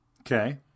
Okay